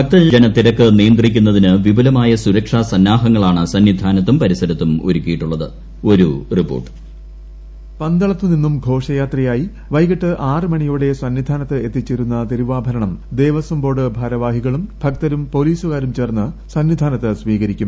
ഭക്തജനത്തിരക്ക് നിയന്ത്രിക്കുന്നതിന് വിപുലമായ സുരക്ഷാ സണ്ണാഹങ്ങളാണ് സന്നിധാനത്തും പരിസരത്തും ഒരുക്കിയിട്ടുള്ളത്പു പന്തളത്തു നിന്നും ഘോഷയാര്യിക്കാ്യി വൈകിട്ട് ആറ് മണിയോടെ സന്നിധാനത്ത് എത്തിച്ചേരുന്നു തിരുവാഭരണം ദേവസ്വം ബോർഡ് ഭാരവാഹികളും ഭക്തരും ഷ്ട്രേലീസകാരും ചേർന്ന് സന്നിധാനത്ത് സ്വീകരിക്കും